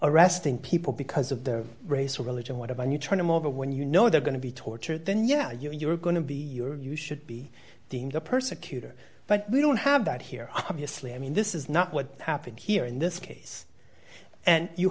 arresting people because of their race or religion whatever and you turn him over when you know they're going to be tortured then yeah you're going to be you should be deemed a persecutor but we don't have that here obviously i mean this is not what happened here in this case and you